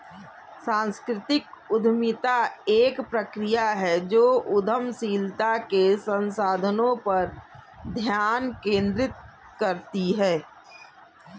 सांस्कृतिक उद्यमिता एक प्रक्रिया है जो उद्यमशीलता के संसाधनों पर ध्यान केंद्रित करती है